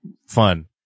fun